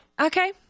Okay